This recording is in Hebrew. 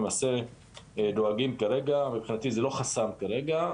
הם למעשה דואגים כרגע, מבחינתי זה לא חסם כרגע.